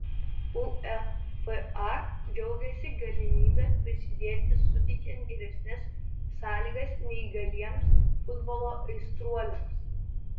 uefa džiaugiasi galimybe prisidėti suteikiant geresnes sąlygas neįgaliems futbolo aistruoliams